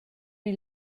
igl